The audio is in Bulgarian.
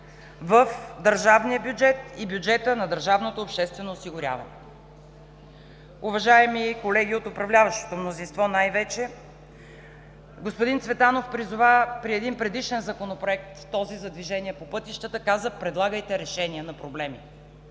в държавния бюджет и бюджета на държавното обществено осигуряване. Уважаеми колеги, най-вече от управляващото мнозинство, господин Цветанов призова при един предишен Законопроект – този за Движение по пътищата, каза: „Предлагайте решения на проблеми“.